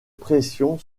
pression